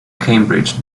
cambridge